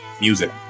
music